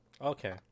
Okay